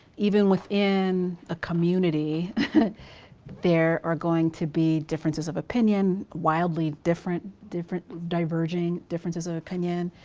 even within a community there are going to be differences of opinion, wildly different, different diverging differences of opinion.